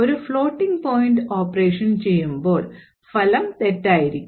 ഒരു floating point operation ചെയ്യുമ്പോൾ ഫലം തെറ്റായിരിക്കും